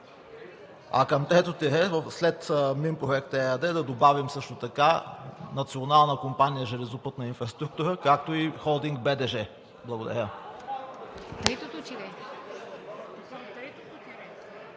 а към трето тире – след „Минпроект“ ЕАД да добавим също така Националната компания „Железопътна инфраструктура“, както и Холдинг „БДЖ“. Благодаря.